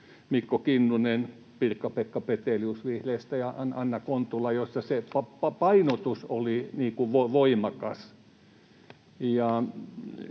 Mikko Kinnusella, Pirkka-Pekka Peteliuksella vihreistä ja Anna Kontulalla se painotus oli voimakas.